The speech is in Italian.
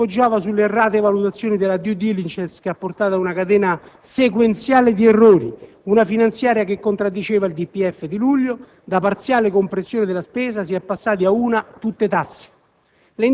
perché poggiava sulle errate valutazioni della *due* *diligence* che ha portato ad una catena sequenziale di errori; una finanziaria che contraddiceva il DPEF di luglio, da parziale compressione della spesa si è passati ad una tutta tasse;